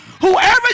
Whoever